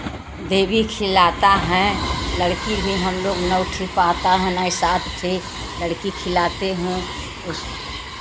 देवी खिलाता है लड़की भी हम लोग नौ ठी पता है ना सात ठो लड़की खिलाते हैं